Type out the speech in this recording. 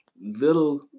little